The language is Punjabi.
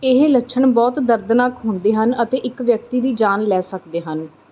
ਇਹ ਲੱਛਣ ਬਹੁਤ ਦਰਦਨਾਕ ਹੁੰਦੇ ਹਨ ਅਤੇ ਇੱਕ ਵਿਅਕਤੀ ਦੀ ਜਾਨ ਲੈ ਸਕਦੇ ਹਨ